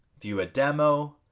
view a demo,